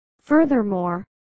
Furthermore